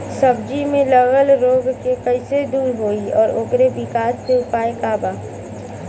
सब्जी में लगल रोग के कइसे दूर होयी और ओकरे विकास के उपाय का बा?